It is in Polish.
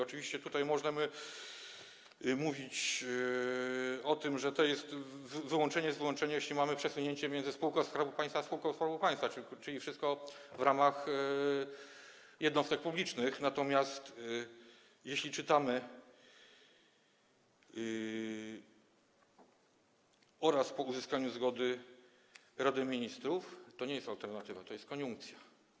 Oczywiście możemy mówić o tym, że to jest wyłączenie z wyłączenia, jeśli mamy przesunięcie między spółką Skarbu Państwa a spółką Skarbu Państwa, czyli wszystko w ramach jednostek publicznych, natomiast jeśli czytamy: oraz po uzyskaniu zgody Rady Ministrów, to nie jest alternatywa, to jest koniunkcja.